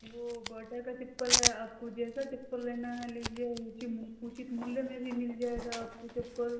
वो बाटा का चप्पल है आपको जैसा चप्पल लेना है लीजिए ऊँचे उचित मूल्य में भी मिल जाएगा आपको चप्पल